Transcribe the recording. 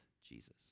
Jesus